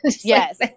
Yes